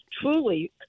truly